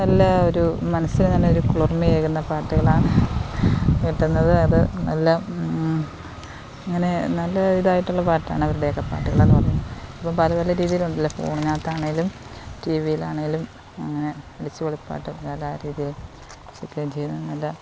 നല്ല ഒരു മനസ്സിന് തന്നെ ഒരു കുളിർമ്മയേകുന്ന പാട്ടുകളാണ് കേൾക്കുന്നത് അത് നല്ല അങ്ങനെ നല്ല ഇതായിട്ടുള്ള പാട്ടാണവരുടെയൊക്കെ പാട്ടുകളെന്ന് പറയാൻ ഇപ്പം പലതരം രീതിയിലുണ്ടല്ലോ ഫോണിനകത്താണേലും ടി വിലാണേലും അങ്ങനെ അടിച്ച് പൊളിപ്പാട്ട് ആ രതിയിലും ഒക്കെയും ചെയ്യുന്നത് നല്ല